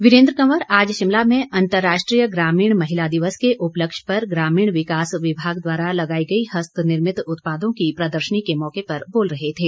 वीरेंद्र कंवर आज शिमला में अंतर्राष्ट्रीय ग्रामीण महिला दिवस के उपलक्ष्य पर ग्रामीण विकास विभाग द्वारा लगाई गई हस्त निर्मित उत्पादों की प्रदर्शनी के मौके पर बोल रहे थे